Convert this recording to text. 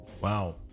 wow